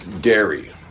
dairy